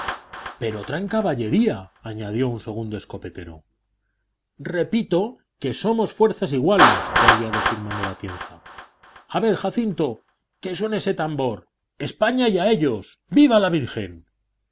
pero traen caballería añadió un segundo escopetero repito que somos fuerzas iguales volvió a decir manuel atienza a ver jacinto que suene ese tambor españa y a ellos viva la virgen